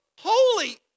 holy